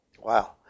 Wow